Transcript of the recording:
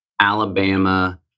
Alabama